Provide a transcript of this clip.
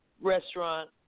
restaurant